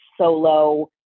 solo